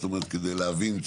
כדי להבין את החוק,